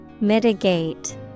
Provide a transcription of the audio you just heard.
Mitigate